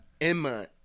Emma